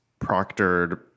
proctored